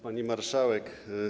Pani Marszałek!